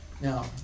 Now